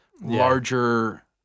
larger